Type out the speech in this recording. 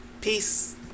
Peace